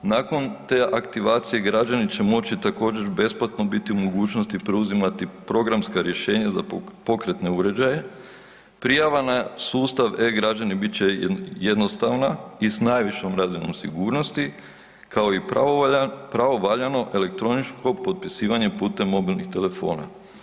Nakon te aktivacije građani će moći također besplatno biti u mogućnosti preuzimati programska rješenja za pokretne uređaje, prijava na sustav e-građani bit će jednostavna i s najvišom razinom sigurnosti, kao i pravovaljano elektroničko potpisivanje putem mobilnih telefona.